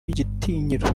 igitinyiro